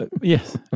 Yes